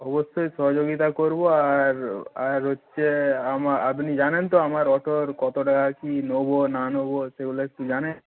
অবশ্যই সহযোগিতা করব আর আর হচ্ছে আপনি জানেন তো আমার অটোর কত টাকা কী নেব না নেব সেগুলো একটু জানেন